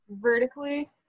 vertically